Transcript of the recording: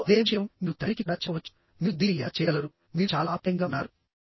మరియు అదే విషయం మీరు తండ్రికి కూడా చెప్పవచ్చు మీరు దీన్ని ఎలా చేయగలరు మీరు చాలా ఆప్యాయంగా ఉన్నారు